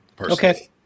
Okay